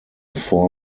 four